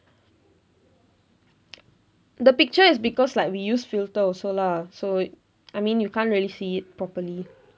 the picture is because like we use filter also lah so I mean you can't really see it properly